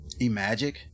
eMagic